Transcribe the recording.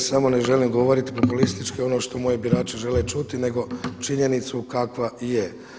Ja samo ne želim govoriti populistički ono što moji birači žele čuti, nego činjenicu kakva je.